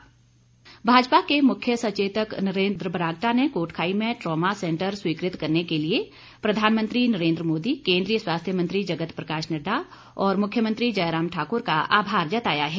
बरागटा भाजपा के मुख्य सचेतक नरेन्द्र बरागटा ने कोटखाई में ट्रॉमा सैंटर स्वीकृत करने के लिए प्रधानमंत्री नरेन्द्र मोदी केन्द्रीय स्वास्थ्य मंत्री जगत प्रकाश नड्डा और मुख्यमंत्री जयराम ठाकुर का आभार जताया है